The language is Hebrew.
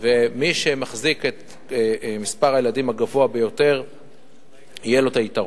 ומי שבחזקתו יותר ילדים לו יהיה היתרון.